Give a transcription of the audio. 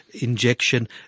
injection